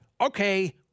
Okay